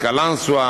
קלנסואה,